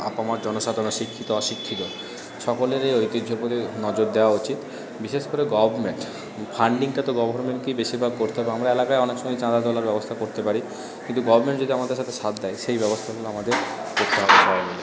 আপামার জনসাধারণ শিক্ষিত অশিক্ষিত সকলেরই ঐতিহ্যর প্রতি নজর দেওয়া উচিত বিশেষ করে গভর্নমেন্ট ফান্ডিংটা তো গভর্নমেন্টকেই বেশিরভাগ করতে হবে আমরা এলাকায় অনেক সময় চাঁদা তোলার ব্যবস্থা করতে পারি কিন্তু গভর্নমেন্ট যদি আমাদের সাথে সাথ দেয় সেই ব্যবস্থাগুলো আমাদের করতে হবে সবাই মিলে